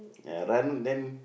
ya run then